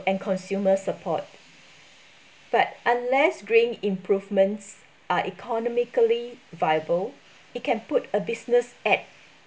and consumer support but unless green improvements are economically viable it can put a business at